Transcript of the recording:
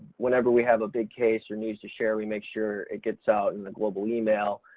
whenever we have a big case or news to share, we make sure it gets out in the global email,